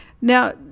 now